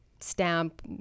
stamp